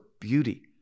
beauty